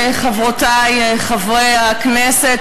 חברותי חברי הכנסת,